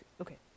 okay